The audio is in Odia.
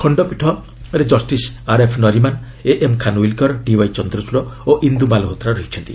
ଖଣ୍ଡପୀଠରେ justice R F Nariman A M Khanwilkar D Y Chandrachud ଓ ଇନ୍ଦୁ ମାଲହୋତ୍ରା ରହିଛନ୍ତି